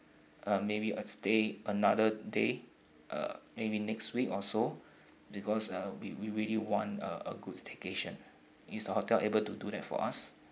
uh maybe a stay another day uh maybe next week or so because uh we we really want uh a good staycation is the hotel able to do that for us